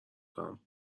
کنم